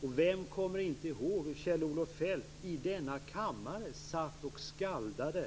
Och vem kommer inte ihåg hur Kjell-Olof Feldt i denna kammare satt och skaldade